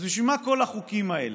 אז בשביל מה כל החוקים האלה?